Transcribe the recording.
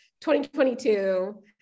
2022